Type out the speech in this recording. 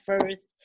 first